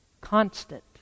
Constant